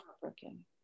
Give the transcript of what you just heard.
heartbroken